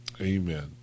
Amen